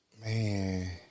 Man